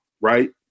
right